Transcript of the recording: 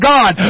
God